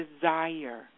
desire